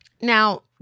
Now